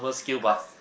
cause